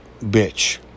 bitch